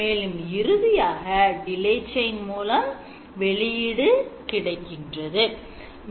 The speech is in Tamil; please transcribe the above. மேலும் இறுதியாக delay chain மூலம் வெளியீடு கிடைக்கின்றது